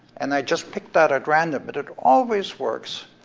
and i just picked that at random, but it always works.